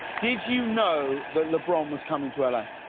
did you know that lebron was coming to l a?